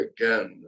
again